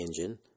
engine